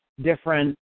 different